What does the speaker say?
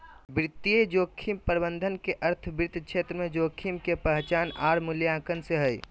वित्तीय जोखिम प्रबंधन के अर्थ वित्त क्षेत्र में जोखिम के पहचान आर मूल्यांकन से हय